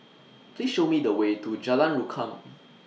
Please Show Me The Way to Jalan Rukam